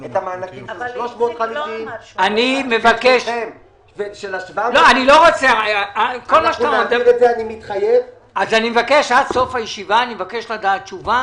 את המענקים של 350. עד סוף הישיבה אני מבקש לקבל תשובה.